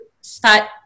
start